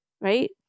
right